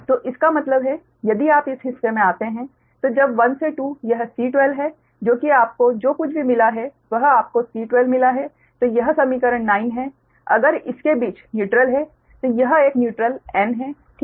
तो इसका मतलब है यदि आप इस हिस्से में आते हैं तो जब 1 से 2 यह C12 है जो कि आपको जो कुछ भी मिला है वह आपको C12 मिला है तो यह समीकरण 9 है अगर इसके बीच न्यूट्रल है तो यह एक न्यूट्रल n है ठीक है